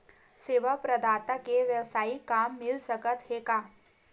सेवा प्रदाता के वेवसायिक काम मिल सकत हे का?